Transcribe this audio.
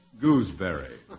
Gooseberry